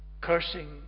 cursing